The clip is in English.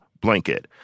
blanket